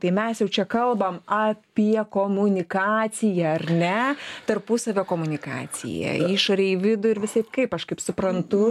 tai mes jau čia kalbam apie komunikaciją ar ne tarpusavio komunikaciją išorėj į vidų ir visai kaip aš kaip suprantu